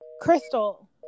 Crystal